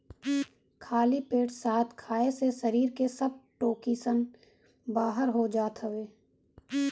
खाली पेट शहद खाए से शरीर के सब टोक्सिन बाहर हो जात हवे